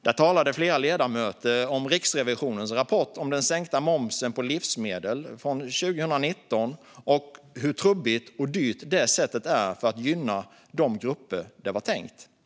Där talade flera ledamöter om Riksrevisionens rapport om den sänkta momsen på livsmedel från 2019 och om hur trubbigt och dyrt detta sätt är för att gynna de grupper som det var tänkt att gynna.